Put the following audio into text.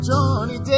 Johnny